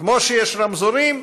כמו שיש רמזורים,